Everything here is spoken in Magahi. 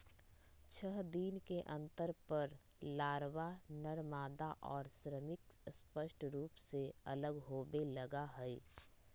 छः दिन के अंतर पर लारवा, नरमादा और श्रमिक स्पष्ट रूप से अलग होवे लगा हई